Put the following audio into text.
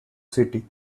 city